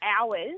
hours